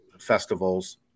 festivals